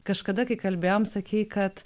kažkada kai kalbėjom sakei kad